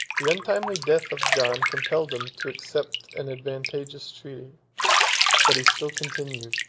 the untimely death of john compelled him to accept an advantageous treaty but he still continued,